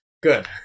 Good